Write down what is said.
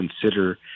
consider